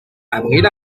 abril